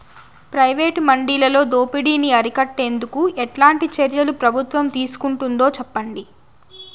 Private మండీలలో దోపిడీ ని అరికట్టేందుకు ఎట్లాంటి చర్యలు ప్రభుత్వం తీసుకుంటుందో చెప్పండి?